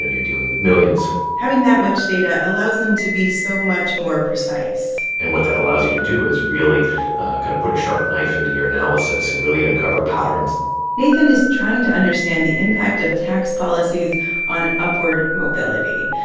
ah you're dealing with millions having that much data allows them to be so much more precise and what that allows you to do is really kind of put a sharp knife into your analysis and really uncover patterns nathan is trying to understand the impact of tax policies on upward mobility,